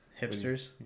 Hipsters